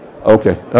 Okay